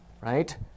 Right